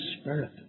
Spirit